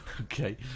Okay